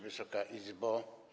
Wysoka Izbo!